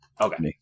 Okay